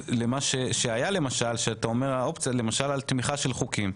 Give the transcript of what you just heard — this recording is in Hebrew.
למשל בעניין של אופציה של תמיכה בחוקים.